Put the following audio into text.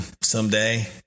someday